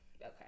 okay